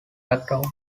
background